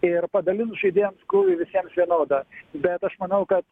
ir padalint žaidėjams krūvį visiems vienodą bet aš manau kad